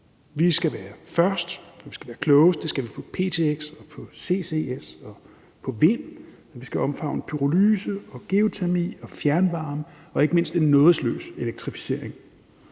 Vi skal være først, og vi skal være klogest – det skal vi på ptx og på ccs og på vind. Og vi skal omfavne pyrolyse og geotermi og fjernvarme og ikke mindst en nådesløs elektrificering.